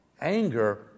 Anger